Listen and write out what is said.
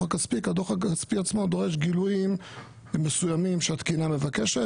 הכספי כי הדו"ח הכספי עצמו דורש גילויים מסוימים שהתקינה מבקשת,